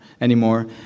anymore